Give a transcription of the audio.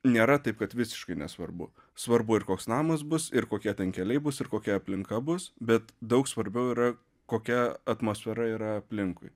nėra taip kad visiškai nesvarbu svarbu ir koks namas bus ir kokie ten keliai bus ir kokia aplinka bus bet daug svarbiau yra kokia atmosfera yra aplinkui